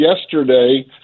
yesterday